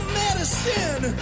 medicine